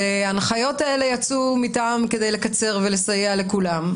וההנחיות האלה יצאו מטעם כדי לקצר ולסייע לכולם.